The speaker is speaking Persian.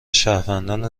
شهروندان